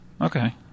Okay